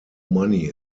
money